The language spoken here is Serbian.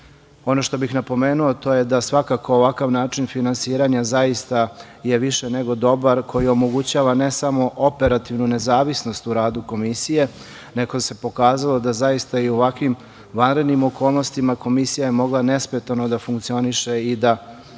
što bih napomenuo to je da je svakako ovaj način finansiranja zaista više nego dobar, koji omogućava ne samo operativnu nezavisnost u radu Komisije, nego se pokazalo da zaista i u ovakvim vanrednim okolnostima Komisija je mogla nesmetano da funkcioniše i da radi. Kada